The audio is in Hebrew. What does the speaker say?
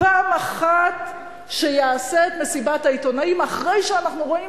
פעם אחת שיעשה את מסיבת העיתונאים אחרי שאנחנו רואים